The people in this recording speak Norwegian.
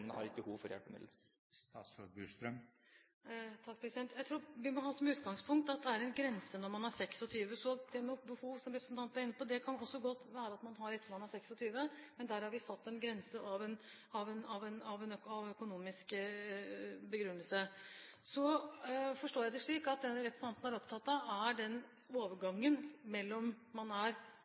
har behov for hjelpemiddel? Jeg tror vi må ha som utgangspunkt at det er en grense når man er 26 år. Som representanten Eriksson er inne på, kan det godt være at man har behov også etter at man er 26 år, men der har med en økonomisk begrunnelse vi satt en grense. Så forstår jeg det slik at det representanten er opptatt av, er overgangen mellom 25 år og 26 år, altså hvis det er